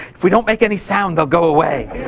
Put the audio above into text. if we don't make any sound, they'll go away.